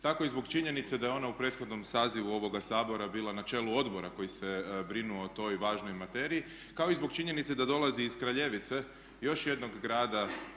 tako i zbog činjenice da je ona u prethodnom sazivu ovoga Sabora bila na čelu odbora koji se brinuo o toj važnoj materiji kao i zbog činjenice da dolazi iz Kraljevice, još jednog grada